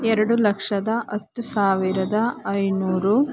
ಎರಡು ಲಕ್ಷದ ಹತ್ತು ಸಾವಿರದ ಐನೂರು